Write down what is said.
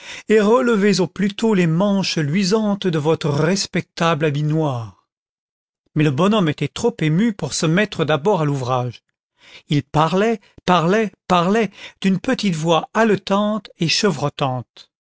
relevez au plus tôt les manches luisantes de votre respectable habit noir mais le bonhomme était trop ému pour se mettre d'abord à l'ouvrage il parlait parlait parlait d'une petite voix haletante et